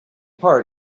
part